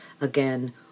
again